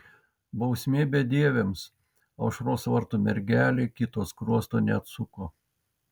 bausmė bedieviams aušros vartų mergelė kito skruosto neatsuko